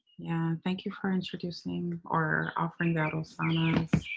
yeah. thank you for introducing or offering that, rosana.